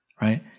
right